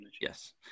Yes